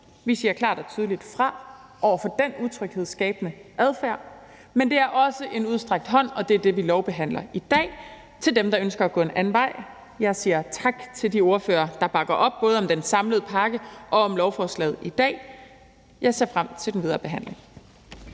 at vi klart og tydeligt siger fra over for den utryghedsskabende adfærd, men det er også en udstrakt hånd – og det er det, vi lovbehandler i dag – til dem, der ønsker at gå en anden vej. Jeg siger tak til de ordførere, der bakker op om både den samlede pakke og om lovforslaget i dag, og jeg ser frem til den videre behandling.